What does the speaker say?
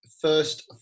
first